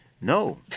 No